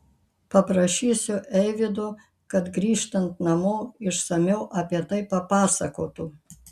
paprašysiu eivydo kad grįžtant namo išsamiau apie tai papasakotų